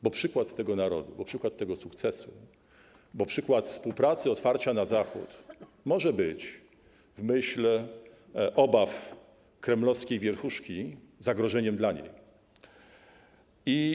Bo przykład tego narodu, bo przykład tego sukcesu, bo przykład współpracy, otwarcia na Zachód może być w myśl obaw kremlowskiej wierchuszki zagrożeniem dla niej samej.